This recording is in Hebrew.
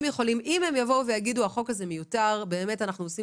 אם הם יבואו ויגידו שהחוק הזה מיותר וכי באמת אנחנו עושים